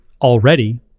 already